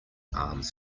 arms